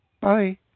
Bye